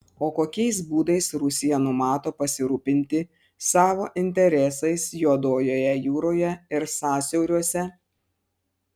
o kokiais būdais rusija numato pasirūpinti savo interesais juodojoje jūroje ir sąsiauriuose